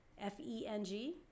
F-E-N-G